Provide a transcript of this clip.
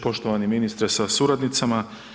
Poštovani ministre sa suradnicama.